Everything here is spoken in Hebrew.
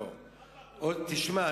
תשמע,